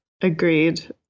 agreed